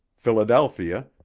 philadelphia,